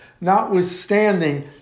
notwithstanding